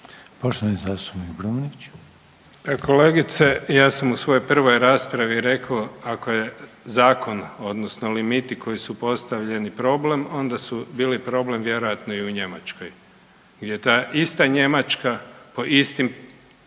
(Nezavisni)** Kolegice, ja sam u svojoj prvoj raspravi rekao, ako je zakon odnosno limiti koji su postavljeni problem, onda su bili problem vjerojatno i u Njemačkoj jer je ta ista Njemačka po istim